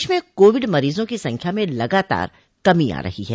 प्रदेश में कोविड मरीजों की संख्या में लगातार कमी आ रही है